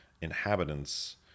inhabitants